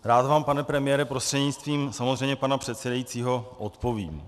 Rád vám, pane premiére, prostřednictvím samozřejmě pana předsedajícího odpovím.